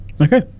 Okay